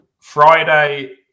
Friday